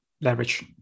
Leverage